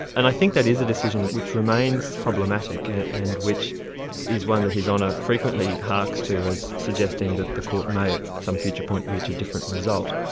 and i think that is a decision which remains problematic and and which is one that his honour frequently harks to as suggesting that the court may at some future point reach a different result.